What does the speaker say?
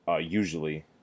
usually